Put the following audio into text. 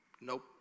Nope